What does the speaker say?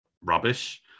rubbish